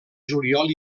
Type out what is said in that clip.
juliol